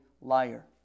liar